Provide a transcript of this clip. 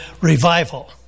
revival